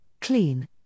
clean